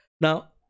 Now